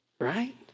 right